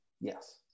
Yes